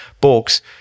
books